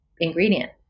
ingredient